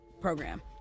program